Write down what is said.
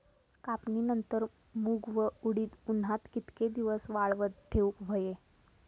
कापणीनंतर मूग व उडीद उन्हात कितके दिवस वाळवत ठेवूक व्हये?